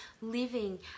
living